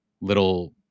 little